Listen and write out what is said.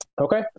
Okay